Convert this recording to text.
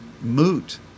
moot